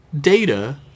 Data